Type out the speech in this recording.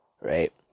Right